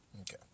Okay